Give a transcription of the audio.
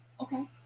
Okay